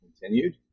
continued